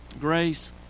grace